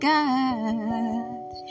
God